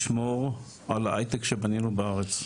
לשמור על ההייטק שבנינו בארץ.